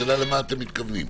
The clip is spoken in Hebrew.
השאלה למה אתם מתכוונים?